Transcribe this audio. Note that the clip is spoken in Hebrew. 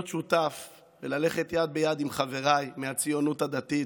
להיות שותף וללכת יד ביד עם חבריי מהציונות הדתית,